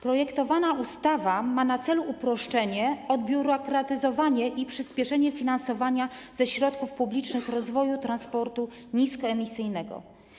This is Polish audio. Projektowana ustawa ma na celu uproszczenie, odbiurokratyzowanie i przyspieszenie finansowania ze środków publicznych rozwoju transportu niskoemisyjnego.